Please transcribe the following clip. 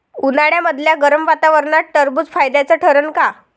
उन्हाळ्यामदल्या गरम वातावरनात टरबुज फायद्याचं ठरन का?